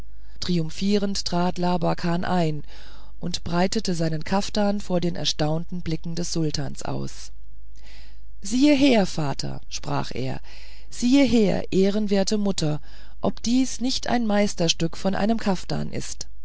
triumphierend trat labakan ein und breitete seinen kaftan vor den erstaunten blicken des sultans aus siehe her vater sprach er siehe her verehrte mutter ob dies nicht ein meisterstück von einem kaftan ist